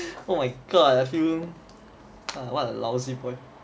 oh my god I feel what a lousy boyf~